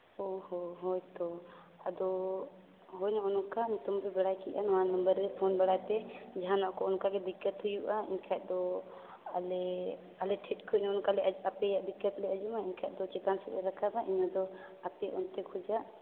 ᱚ ᱦᱚ ᱦᱳᱭ ᱛᱚ ᱟᱫᱚ ᱦᱳᱭ ᱱᱚᱜᱼᱚ ᱱᱚᱝᱠᱟ ᱱᱤᱛᱳᱝ ᱫᱚ ᱵᱟᱲᱟᱭ ᱠᱮᱜᱼᱟ ᱱᱚᱣᱟ ᱱᱟᱢᱵᱟᱨ ᱨᱮ ᱯᱷᱳᱱ ᱵᱟᱲᱟᱭ ᱯᱮ ᱡᱟᱦᱟᱱᱟᱜ ᱠᱚ ᱚᱱᱠᱟ ᱜᱮ ᱫᱤᱠᱠᱟᱛ ᱦᱩᱭᱩᱜᱼᱟ ᱮᱱᱠᱷᱟᱡ ᱫᱚ ᱟᱞᱮ ᱟᱞᱮ ᱴᱷᱮᱡ ᱠᱷᱚᱡ ᱚᱱᱠᱟ ᱞᱮ ᱟᱯᱮ ᱫᱤᱠᱠᱟᱛ ᱞᱮ ᱟᱸᱡᱚᱢᱟ ᱮᱱᱠᱷᱟᱡ ᱫᱚ ᱪᱮᱛᱟᱱ ᱥᱮᱡ ᱞᱮ ᱨᱟᱠᱟᱵᱟ ᱤᱱᱟᱹ ᱫᱚ ᱟᱯᱮ ᱚᱱᱛᱮ ᱠᱷᱚᱡᱟᱜ